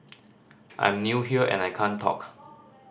I'm new here and I can't talk